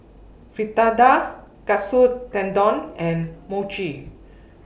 Fritada Katsu Tendon and Mochi